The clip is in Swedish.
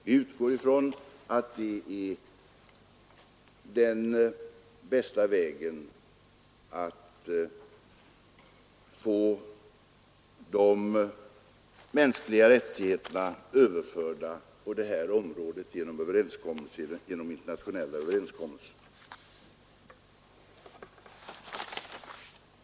Jag utgår ifrån att den bästa vägen att få de mänskliga rättigheterna överförda på det här området är genom internationella överenskommelser.